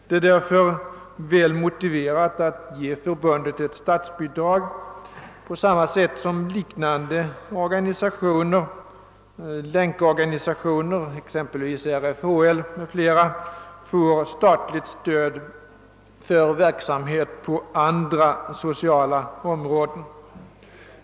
Det är därför motiverat att ge förbundet statsbidrag, på samma sätt som liknande organisationer får, t.ex. länkorganisationen, RFHL m.fl., som ju erhåller statligt stöd för sin verksamhet på andra sociala områden.